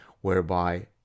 whereby